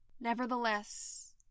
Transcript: Nevertheless